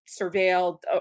surveilled